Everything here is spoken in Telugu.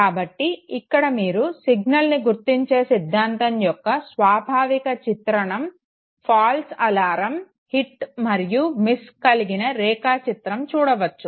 కాబట్టి ఇక్కడ మీరు సిగ్నల్ని గుర్తించే సిద్ధాంతం యొక్క స్వభావచిత్రణం ఫాల్స్ అలర్మ్స్ హిట్ మరియు మిస్ కలిగిన రేఖాచిత్రం చూడవచ్చు